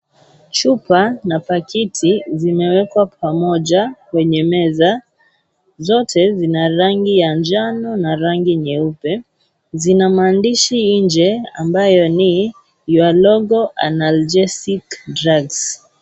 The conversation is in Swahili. Chupa na pakiti zimewekwa pamoja kwenye meza, zote zina rangi ya njano na rangi nyeupe, zina maandishi nje ambayo ni your logo analgesic drugs .